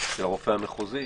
של הרופא המחוזי?